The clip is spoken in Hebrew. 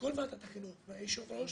מכל ועדת החינוך ומהיושב-ראש,